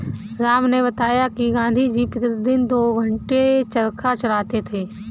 राम ने बताया कि गांधी जी प्रतिदिन दो घंटे चरखा चलाते थे